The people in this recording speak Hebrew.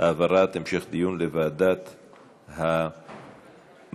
המשך הדיון בוועדת המדע.